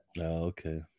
okay